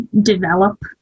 develop